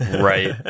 Right